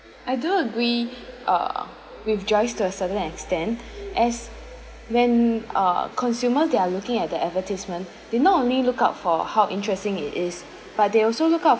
I do agree uh with drive to a certain extent as when uh consumer they are looking at the advertisement they not only look out for how interesting it is but they also look out